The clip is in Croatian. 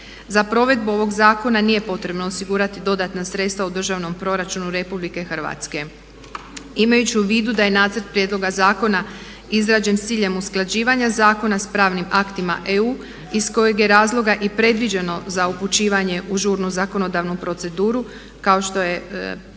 Za provedbu ovog zakona nije potrebno osigurati dodatna sredstva u državnom proračunu Republike Hrvatske. Imajući u vidu da je Nacrt prijedloga zakona izrađen s ciljem usklađivanja zakona sa pravnim aktima EU iz kojeg je razloga i predviđeno za upućivanje u žurnu zakonodavnu proceduru kao što je predsjednik